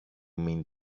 mean